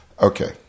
okay